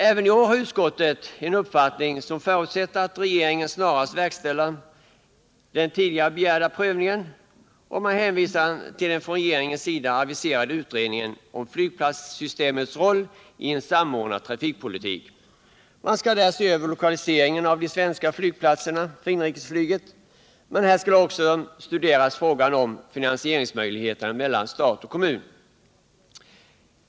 Även i år förutsätter utskottet att regeringen snarast verkställer den tidigare begärda prövningen, och man hänvisar till den från regeringens sida aviserade utredningen om flygplatssystemets roll i en samordnad trafikpolitik. Den skall se över lokaliseringen av de svenska flygplatserna för inrikesflyget, men den skall också studera frågan om finansieringsfördelningen mellan stat och kommun.